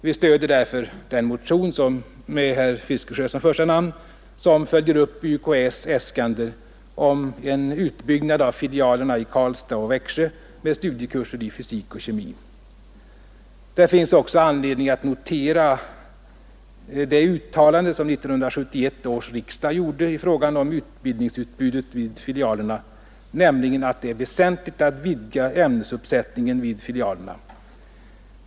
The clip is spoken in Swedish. Vi stöder därför den motion — med herr Fiskesjö som första namn — som följer upp UKÄ:s äskande om en utbyggnad av filialerna i Karlstad och Växjö med studiekurser i fysik och kemi. Det finns också anledning att notera det uttalande som 1971 års riksdag gjorde i frågan om utbildningsutbudet vid filialerna, nämligen att det är väsentligt att vidga ämnesuppsättningen vid filialerna.